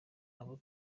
abo